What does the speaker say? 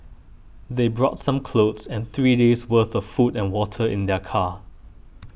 they brought some clothes and three days' worth of food and water in their car